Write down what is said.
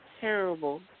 Terrible